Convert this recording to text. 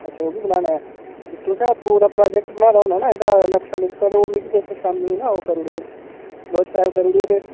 अच्छा ओह्बी बनाना ऐ ते तुसें पूरा प्रोजैक्ट बनाए दा होना ना ओह्दा नक्शा नुक्शा ते ओह् मिगी तुस शामीं ना ओह् करी ओड़ेओ व्हाटसऐप करी ओड़ेओ ते